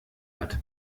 hat